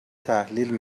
تحلیل